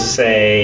say